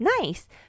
nice